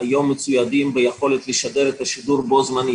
היום מצוידות ביכולת לשדר את השידור בו זמנית.